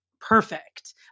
perfect